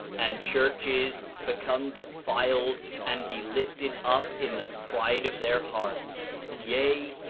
and churches become defiled and be lifted up in the pride of their hearts yea,